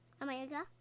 America